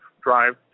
drive